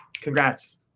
congrats